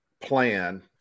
plan